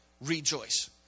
Rejoice